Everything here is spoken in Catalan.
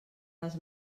les